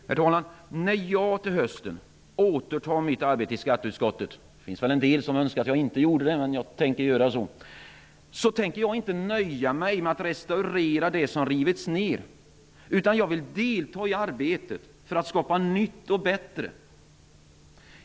När jag till hösten återtar mitt arbete i skatteutskottet -- en del önskar kanske att jag inte skall göra det, men jag ämnar ändå göra det -- tänker jag inte nöja mig med att restaurera det som har rivits ner. I stället vill jag delta i arbetet för att skapa något nytt och bättre.